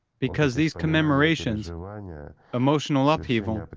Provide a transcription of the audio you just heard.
because these commemorations, emotional upheaval, but